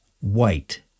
white